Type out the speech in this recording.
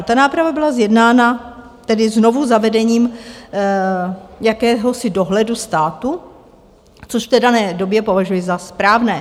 Ta náprava byla zjednána tedy znovuzavedením jakéhosi dohledu státu, což v té dané době považuji za správné.